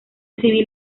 civil